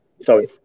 sorry